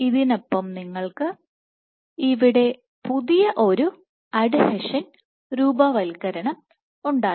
ഇതിനൊപ്പം നിങ്ങൾക്ക് ഇവിടെ പുതിയ ഒരു അഡ്ഹീഷൻ രൂപവൽക്കരണം ഉണ്ടായി